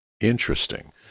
Interesting